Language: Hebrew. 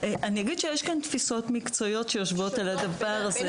כאן תפיסות מקצועיות שיושבות על הדבר הזה.